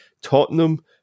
Tottenham